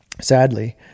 sadly